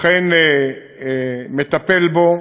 אכן מטפל בו,